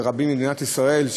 ורבים במדינת ישראל,